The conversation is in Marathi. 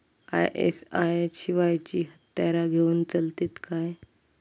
आय.एस.आय शिवायची हत्यारा घेऊन चलतीत काय?